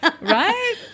Right